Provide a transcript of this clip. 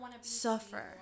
suffer